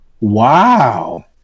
Wow